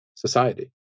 society